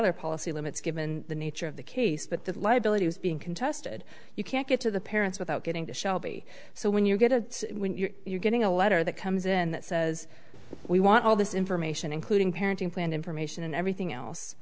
or policy limits given the nature of the case but that liability was being contested you can't get to the parents without getting to shelby so when you get it when you're getting a letter that comes in that says we want all this information including parenting plan information and everything else